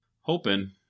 Hoping